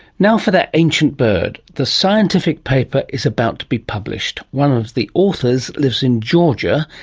now for that ancient bird. the scientific paper is about to be published. one of the authors lives in georgia,